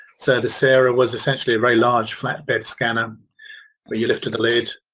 so the sara was essentially a large flat bed scanner where you lifted the lid.